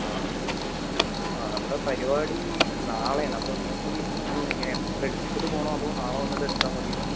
ആ ആ നമ്മുടെ പരിപാടി നാളെ ആണ് അപ്പോൾ ഈ ഇന്ന് ഇപ്പോൾ എടുത്തിട്ടു പോകണോ അതോ നാളെ വന്നിട്ട് എടുത്താൽ മതിയോ